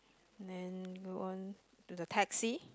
then go on to the taxi